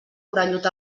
orellut